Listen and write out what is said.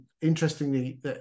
Interestingly